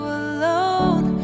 alone